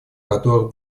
которых